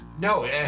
No